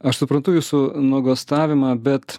aš suprantu jūsų nuogąstavimą bet